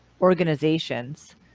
organizations